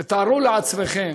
תתארו לעצמכם